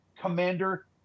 commander